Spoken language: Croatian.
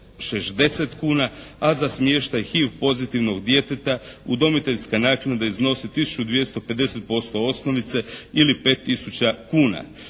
760 kuna, a za smještaj HIV pozitivnog djeteta udomiteljska naknada iznosi tisuću 250% osnovice ili 5 tisuća